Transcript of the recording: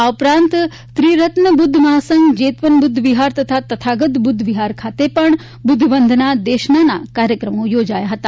આ ઉપરાંત ત્રિરત્ન બુધ્ધ મહાસંઘ જેતવન બુધ્ધ વિહાર તથા તથાગત બુદ્ધ વિહાર ખાતે પણ બુદ્દ વંદના દેશના ના કાર્યક્રમો યોજાયા હતા